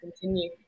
continue